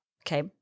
Okay